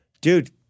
dude